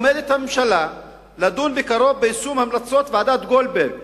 עומדת הממשלה לדון בקרוב ביישום המלצות ועדת-גולדברג